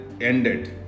ended